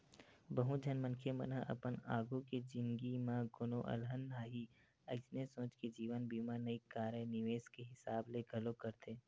बहुत झन मनखे मन ह अपन आघु के जिनगी म कोनो अलहन आही अइसने सोच के जीवन बीमा नइ कारय निवेस के हिसाब ले घलोक करथे